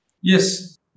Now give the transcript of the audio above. Yes